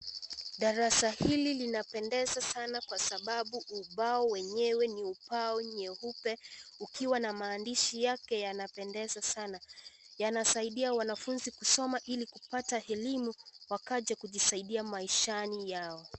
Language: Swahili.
Darasa hili linapendeza sana kwa sababu ubao wenyewe ni ubao nyeupe ukiwa na maandishi yake, yanapendeza Sana. Yanasaidia wanafunzi kusoma ili kupata elimu wakaja kujisaidia maishani mwao.